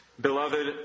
Beloved